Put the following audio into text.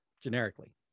generically